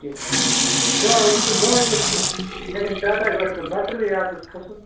کیٚنٛہہ دۄہ وٲنۍ سُہ دۄہ دِکھ تہٕ مےٚ گژھِ ٹاٹا گاڑِ کھۄتہٕ بَتَرے آٹُوَس کھَسُن